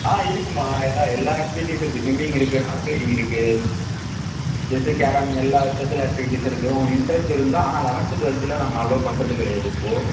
ஆ இருக்கும்மா எல்லா எல்லா ஆக்டிவிட்டீஸும் இருக்குது ஸ்விம்மிங் இருக்குது ஹார்ஸ் ரைடிங் இருக்குது செஸ்சு கேரம் எல்லா ஸ்பெஷல் ஆக்டிவிட்டீஸு இருக்குது இன்டர்ஸ்ட் இருந்தால் ஆனால் லெவன்த் டுவெல்த்தில் நாங்கள் அலோவ் பண்ணுறது கிடையாது இப்போது